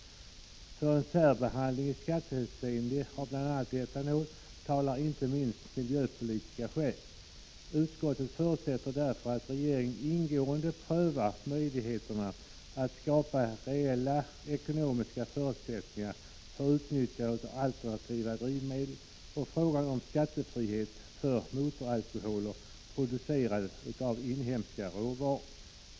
För en särbehandling i skattehänseende av bl.a. etanol talar inte minst miljöpolitiska skäl. Utskottet förutsätter därför att regeringen ingående prövar möjligheterna att skapa reella ekonomiska förutsättningar för utnyttjande av alternativa drivmedel och frågan om skattefrihet för motoralkoholer producerade av inhemska råvaror.